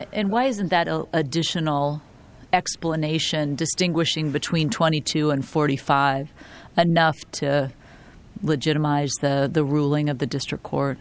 and why isn't that additional explanation distinguishing between twenty two and forty five but enough to legitimize the ruling of the district court